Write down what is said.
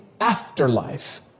afterlife